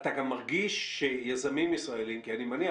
אתה גם מרגיש שיזמים ישראלים כי אני מניח,